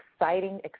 exciting